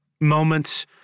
moments